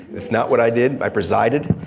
that's not what i did. i presided.